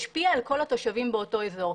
השפיעה על כל התושבים באותו אזור.